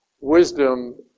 wisdom